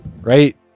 right